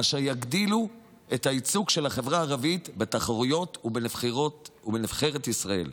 אשר יגדילו את הייצוג של החברה הערבית בתחרויות ובנבחרת ישראל.